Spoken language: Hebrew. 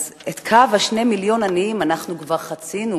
אז את קו 2 מיליון העניים אנחנו כבר חצינו.